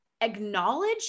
acknowledge